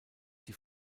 die